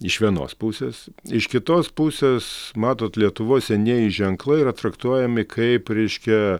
iš vienos pusės iš kitos pusės matot lietuvos senieji ženklai yra traktuojami kaip reiškia